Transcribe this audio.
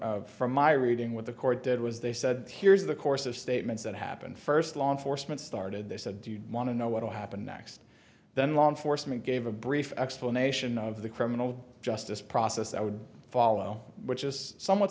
johnson from my reading what the court did was they said here's the course of statements that happened first law enforcement started they said do you want to know what'll happen next then law enforcement gave a brief explanation of the criminal justice process that would follow which is somewhat